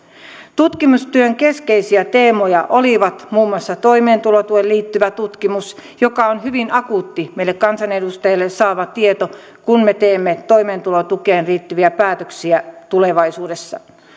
tutkimustyön keskeisiä teemoja olivat muun muassa toimeentulotukeen liittyvä tutkimus tämä on hyvin akuutti meille kansanedustajille tämä tieto kun me teemme toimeentulotukeen liittyviä päätöksiä tulevaisuudessa